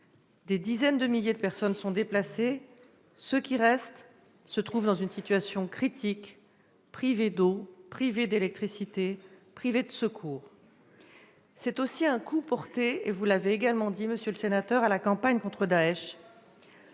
des dizaines de milliers de personnes sont déplacées ; celles qui restent se trouvent dans une situation critique, privées d'eau, d'électricité et de secours. C'est aussi un coup porté- vous l'avez dit, monsieur le sénateur -à la campagne contre Daech,